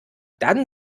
dann